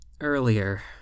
earlier